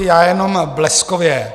Já jenom bleskově.